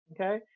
okay